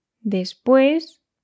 Después